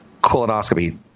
colonoscopy